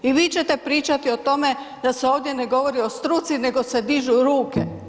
I vi ćete pričati o tome da se ovdje ne govori o struci nego se dižu ruke.